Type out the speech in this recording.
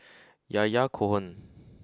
Yahya Cohen